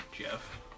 Jeff